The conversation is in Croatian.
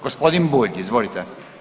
Gospodin Bulj, izvolite.